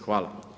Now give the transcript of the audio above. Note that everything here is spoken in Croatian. Hvala.